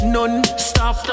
Non-stop